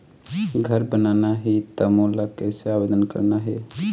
घर बनाना ही त मोला कैसे आवेदन करना हे?